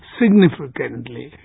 significantly